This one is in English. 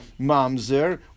mamzer